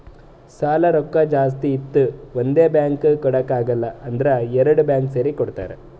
ಸಾಲಾ ರೊಕ್ಕಾ ಜಾಸ್ತಿ ಇತ್ತು ಒಂದೇ ಬ್ಯಾಂಕ್ಗ್ ಕೊಡಾಕ್ ಆಗಿಲ್ಲಾ ಅಂದುರ್ ಎರಡು ಬ್ಯಾಂಕ್ ಸೇರಿ ಕೊಡ್ತಾರ